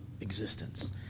existence